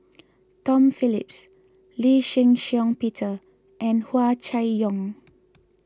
Tom Phillips Lee Shih Shiong Peter and Hua Chai Yong